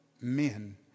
men